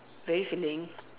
very filling